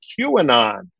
QAnon